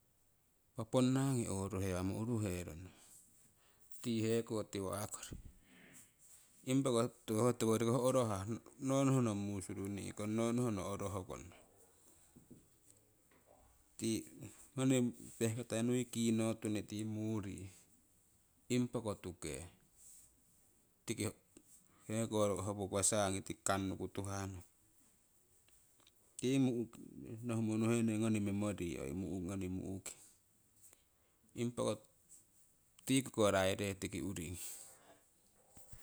Impa ponnangii oruhewammo uruheronno tii heko tiwa' kori, impa ko orohah, nonohno mumusurunih kong nonohno orohkono. Tii ngoni pehkita nui kinotunni tii muri impako tuuke, tiki heko howoko sangi tiki kannuku tuhahnoki. Tii nohumo nuhene ngoni memory ngoni mu'king impako tii kokoraire tiki uuringi.